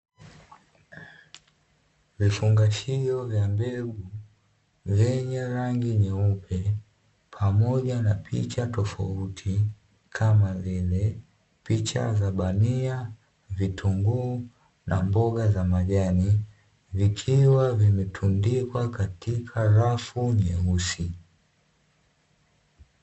Vifungashio vya mbegu vyenye rangi nyeupe pamoja na picha tofauti kama vile picha za bamia, vitunguu na mboga za majani vikiwa zimetundikwa katika rafu nyeusi.